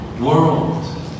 world